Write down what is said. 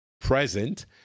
present